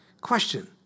Question